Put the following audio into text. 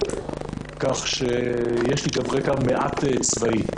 כך שיש לי גם מעט רקע צבאי.